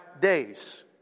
days